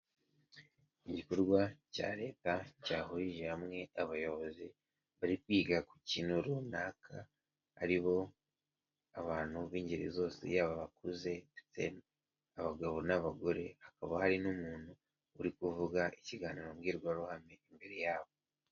Igikorwa cya leta cyahurije hamwe abayobozi, bari kwiga ku kintu runaka, ari bo abantu b'ingeri zose, yaba abakuze ndetse abagabo n'abagore, hakaba hari n'umuntu uri kuvuga ikiganiro mbwirwaruhame imbere yabo.